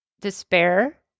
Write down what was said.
despair